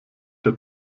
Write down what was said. der